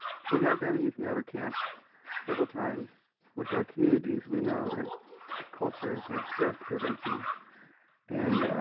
we have done youth and elder camp several times with our communities. we know that culture is our best prevention and